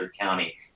county